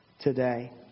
today